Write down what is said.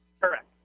correct